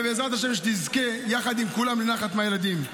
ובעזרת השם, שתזכה, יחד עם כולם, לנחת מהילדים.